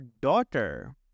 daughter